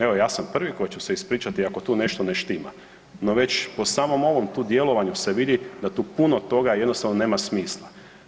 Evo ja sam prvi koji ću se ispričati ako tu nešto ne štima, no već po samom ovom tu djelovanju se vidi da tu puno toga jednostavno nema smisla.